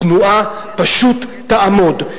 התנועה פשוט תעמוד.